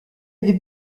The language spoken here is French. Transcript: avait